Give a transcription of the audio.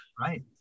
right